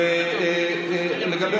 אדוני.